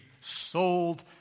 sold